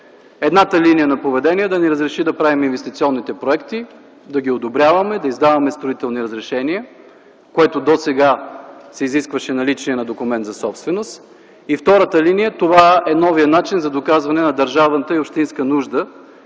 Едната линия на поведение е да ни разреши да правим инвестиционните проекти, да ги одобряваме, да издаваме строителни разрешения, което досега изискваше наличие на документ за собственост, и втората линия – това е новият начин за доказване на държавната и общинска нужда